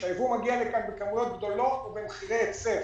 כשהייבוא מגיע לכאן בכמויות גדולות ובמחירי היצף.